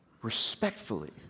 respectfully